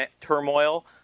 turmoil